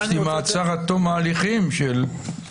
אז יש לי מעצר עד תום ההליכים של חודשים